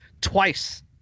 Twice